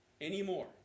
anymore